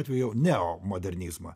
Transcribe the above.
atveju neomodernizmą